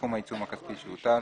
סכום העיצום הכספי שהוטל.